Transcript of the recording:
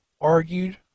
argued